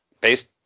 based